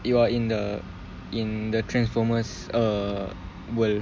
you are in the in the transformers uh world